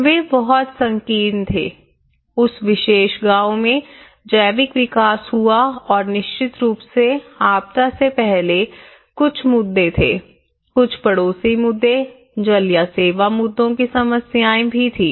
वे बहुत संकीर्ण थे उस विशेष गाँव में जैविक विकास हुआ और निश्चित रूप से आपदा से पहले कुछ मुद्दे थे कुछ पड़ोसी मुद्दे जल या सेवा मुद्दों की समस्याएं भी थीं